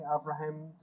Abraham